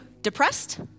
depressed